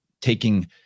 taking